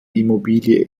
immobilie